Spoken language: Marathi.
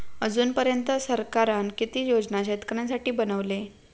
अजून पर्यंत सरकारान किती योजना शेतकऱ्यांसाठी बनवले?